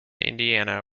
indiana